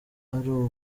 ari